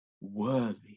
Worthy